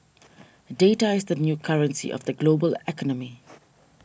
data is the new currency of the global economy